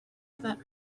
that